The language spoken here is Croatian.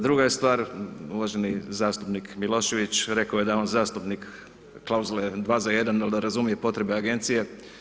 Druga je stvar, uvaženi zastupnik Milošević rekao je da je on zastupnik klauzule 2 za 1, al da razumije potrebe agencije.